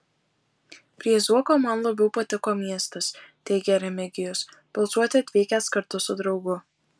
prie zuoko man labiau patiko miestas teigė remigijus balsuoti atvykęs kartu su draugu